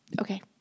Okay